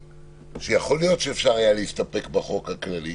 שיכול להיות שאפשר היה להסתפק בחוק הכללי,